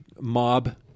mob